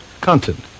content